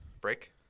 Break